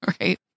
Right